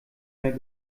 mehr